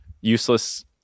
useless